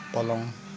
पलङ